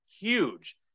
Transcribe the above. huge